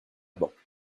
bancs